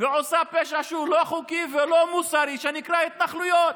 ועושה פשע שהוא לא חוקי ולא מוסרי שנקרא התנחלויות,